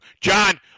John